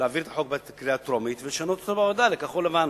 להעביר את החוק בקריאה טרומית ולשנות אותו בוועדה לכחול-לבן,